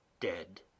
dead